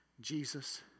Jesus